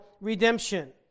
redemption